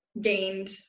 gained